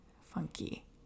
funky